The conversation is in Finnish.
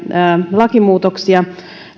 lakimuutoksia